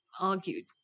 argued